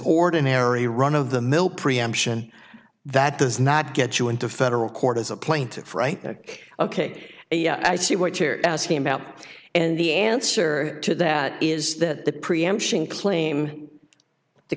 ordinary run of the mill preemption that does not get you into federal court as a plaintiff right ok i see what you're asking about and the answer to that is that the preemption claim t